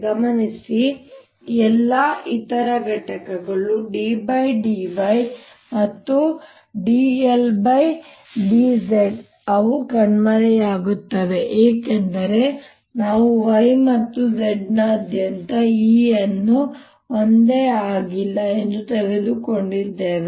ಗಮನಿಸಿ ಎಲ್ಲಾ ಇತರ ಘಟಕಗಳು d dy ಮತ್ತು d dz ಅವು ಕಣ್ಮರೆಯಾಗುತ್ತವೆ ಏಕೆಂದರೆ ನಾವು y ಮತ್ತು z ನಾದ್ಯಂತ E ಯನ್ನು ಒಂದೇ ಆಗಿಲ್ಲ ಎಂದು ತೆಗೆದುಕೊಂಡಿದ್ದೇವೆ